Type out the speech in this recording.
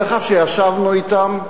דרך אגב, כשישבנו אתם,